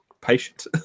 patient